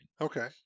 okay